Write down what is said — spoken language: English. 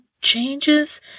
changes